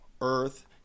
earth